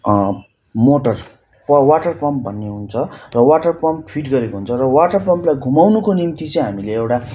motor प water pump भन्ने हुन्छ वाटार पम्प फिट गरेको हुन्छ र वाटार पम्पलाई घुमाउनको निम्ति चाहिँ हामीले एउटा